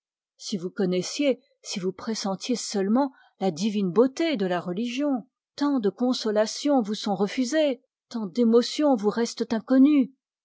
si vous connaissez un jour si vous pressentez seulement la divine beauté de la religion tant de consolations vous sont refusées tant d'émotions vous restent inconnues